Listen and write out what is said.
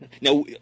Now